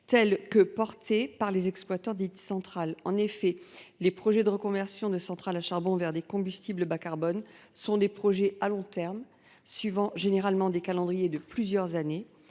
qu’ils sont portés par les exploiteurs des centrales. En effet, les projets de reconversion de centrales à charbon vers des combustibles bas carbone sont des projets à long terme, qui suivent généralement des calendriers de plusieurs années.